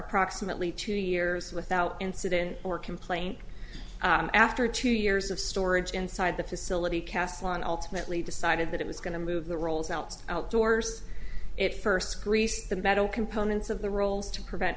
approximately two years without incident or complaint after two years of storage inside the facility castle and ultimately decided that it was going to move the rolls out outdoors it first greased the metal components of the rolls to prevent